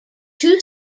two